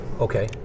Okay